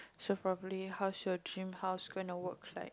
so probably how's your dream house gonna work like